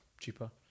cheaper